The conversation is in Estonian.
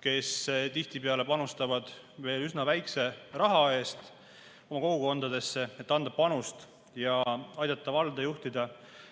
kes tihtipeale panustavad veel üsna väikese raha eest oma kogukondadesse, et anda panust ja aidata valda juhtida.